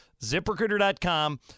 ZipRecruiter.com